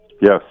Yes